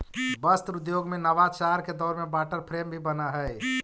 वस्त्र उद्योग में नवाचार के दौर में वाटर फ्रेम भी बनऽ हई